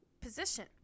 position